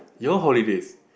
your holidays